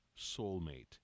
soulmate